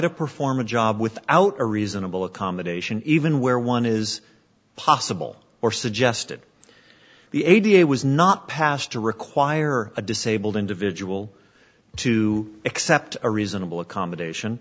to perform a job without a reasonable accommodation even where one is possible or suggested the eighty eight was not passed to require a disabled individual to accept a reasonable accommodation